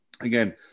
again